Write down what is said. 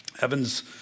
Evan's